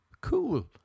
cool